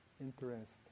interest